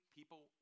people